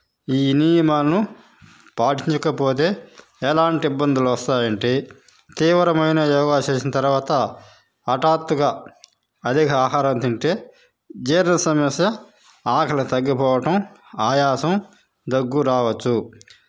ఈ నియమాలను పాటించకపోతే ఎలాంటి ఇబ్బందులు వస్తాయి అంటే తీవ్రమైన యోగా చేసిన తర్వాత హటాత్తుగా అధిక ఆహారం తింటే జీర్ణ సమస్య ఆకలి తగ్గిపోవటం ఆయాసం దగ్గు రావచ్చు